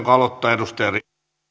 arvoisa